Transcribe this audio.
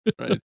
Right